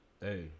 Hey